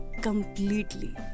completely